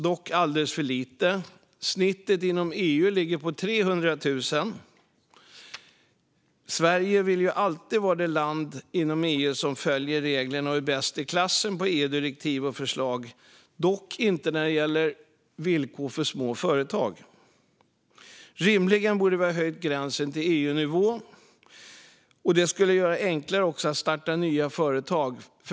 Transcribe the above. Dock är det alldeles för lite. Snittet inom EU ligger på 300 000. Sverige vill alltid vara det land inom EU som är bäst i klassen på att följa EU-direktiv och förslag - dock inte när det gäller villkor för små företag. Rimligen borde vi höja gränsen till EU-nivå. Detta skulle också göra det enklare att starta nya företag.